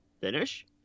finish